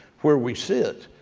where we sit.